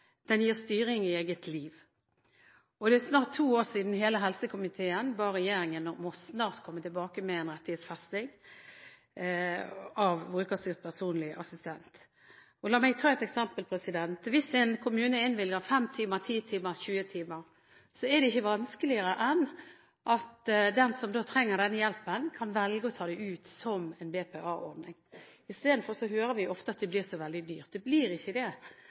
Den gir virkelig frihet, den gir styring i eget liv. Det er snart to år siden hele helsekomiteen ba regjeringen om snarlig å komme tilbake med en rettighetsfesting av brukerstyrt personlig assistent. La meg ta et eksempel. Hvis en kommune innvilger 5, 10 eller 20 timer, er det ikke vanskeligere enn at den som trenger den hjelpen, kan velge å ta det ut som en BPA-ordning. Istedenfor hører vi ofte at det blir så veldig dyrt. Det blir ikke det.